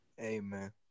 Amen